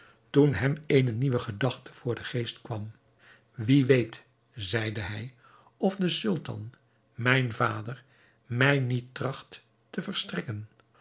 toen hem eene nieuwe gedachte voor den geest kwam wie weet zeide hij of de sultan mijn vader mij niet tracht te verstrikken